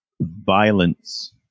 violence